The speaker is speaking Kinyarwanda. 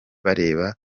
bareba